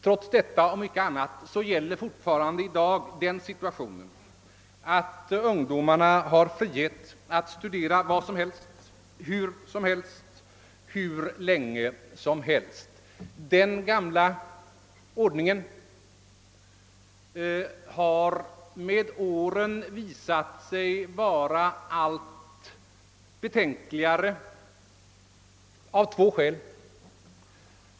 Trots detta är i dag situationen fortfarande den att ungdomarna har frihet att studera vad som helst, hur som helst och hur länge som helst. Den gamla ordningen har med åren visat sig vara allt mera betänklig av två skäl.